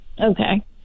Okay